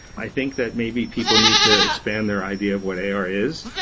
i think that maybe people need to expand their idea of what ar is.